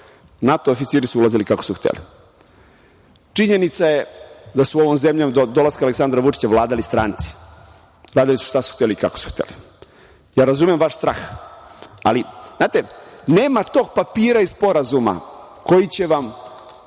NATO oficiri su ulazili kako su hteli. Činjenica je da su ovom zemljom do dolaska Aleksandra Vučića vladali stranci. Radili su šta su hteli i kako su hteli. Ja razumem vaš strah, ali, znate, nema tog papira i sporazuma koji će od